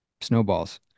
snowballs